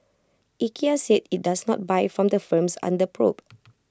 Ikea said IT does not buy from the firms under probe